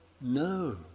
No